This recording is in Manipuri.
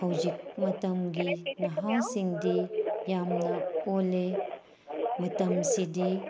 ꯍꯧꯖꯤꯛ ꯃꯇꯝꯒꯤ ꯅꯍꯥꯁꯤꯡꯗꯤ ꯌꯥꯝꯅ ꯑꯣꯜꯂꯦ ꯃꯇꯝꯁꯤꯗꯤ